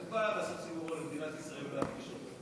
לעשות סיבוב על מדינת ישראל, להכפיש אותה.